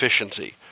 efficiency